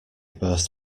burst